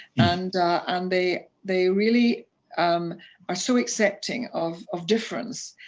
and and they they really um are so accepting of of difference,